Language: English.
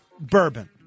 bourbon